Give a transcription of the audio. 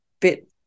bit